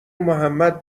محمد